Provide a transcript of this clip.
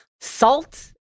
Salt